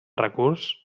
recurs